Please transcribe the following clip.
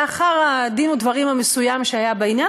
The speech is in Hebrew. לאחר הדין-ודברים המסוים שהיה בעניין,